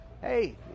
hey